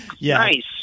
Nice